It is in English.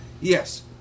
Yes